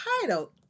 title